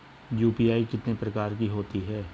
UPI कितने प्रकार की होती हैं?